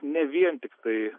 ne vien tiktai